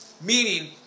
Meaning